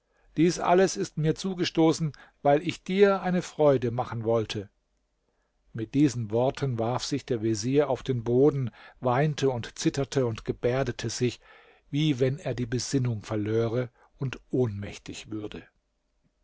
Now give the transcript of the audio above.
dies alles ist mir zugestoßen weil ich dir eine freude machen wollte mit diesen worten warf sich der vezier auf den boden weinte und zitterte und gebärdete sich wie wenn er die besinnung verlöre und ohnmächtig würde